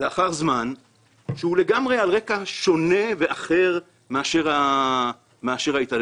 לאחר זמן שהוא לגמרי על רקע שונה ואחר מאשר ההתעללות.